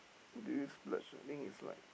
do you splurge I think it's like